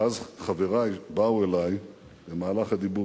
ואז חברי באו אלי במהלך הדיבור,